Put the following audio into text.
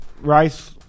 Rice